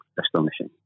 Astonishing